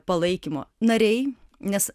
palaikymo nariai nes